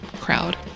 crowd